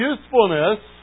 usefulness